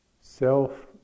self